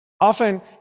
Often